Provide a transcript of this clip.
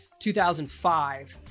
2005